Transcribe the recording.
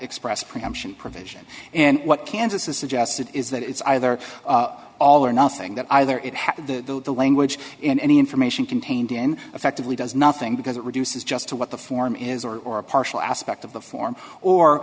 express preemption provision and what kansas has suggested is that it's either all or nothing that either it has to the language in any information contained in effectively does nothing because it reduces just to what the form is or a partial aspect of the form or